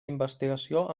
investigació